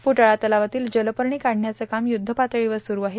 फुटाळा तलावातील जलपर्णी काढण्याचं काम युखपातळीवर सुरू आहे